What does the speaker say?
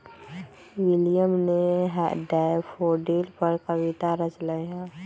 William ने daffodil पर कविता रच लय है